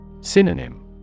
Synonym